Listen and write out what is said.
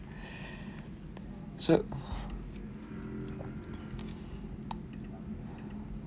so